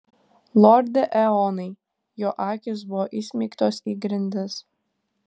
lorde eonai jo akys buvo įsmeigtos į grindis